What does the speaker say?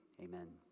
Amen